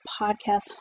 podcast